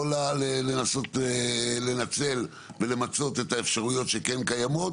לא לנסות לנצל ולמצות את האפשרויות שכן קיימות,